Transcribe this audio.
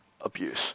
abuse